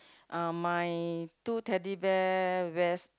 uh my two Teddy Bear wears